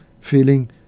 feeling